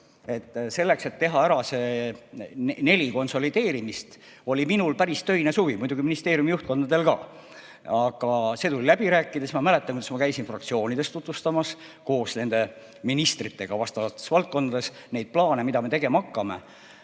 Selleks, et teha ära need neli konsolideerimist, oli minul päris töine suvi, muidugi ministeeriumide juhtkondadel ka. Aga see tuli läbi rääkida. Ma mäletan, kuidas ma käisin fraktsioonides koos nende ministritega tutvustamas valdkondade plaane, mida me tegema hakkame.